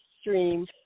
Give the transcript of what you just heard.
stream